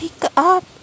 pickup